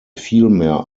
vielmehr